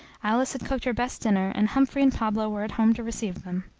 alice had cooked her best dinner, and humphrey and pablo were at home to receive them.